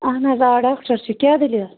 اہن حظ آ ڈاکٹر چھ کیاہ دٔلیٖل